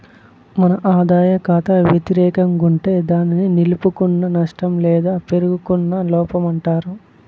మన ఆదాయ కాతా వెతిరేకం గుంటే దాన్ని నిలుపుకున్న నష్టం లేదా పేరుకున్న లోపమంటారు